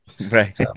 Right